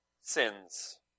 sins